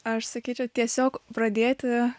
aš sakyčiau tiesiog pradėti